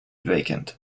vacant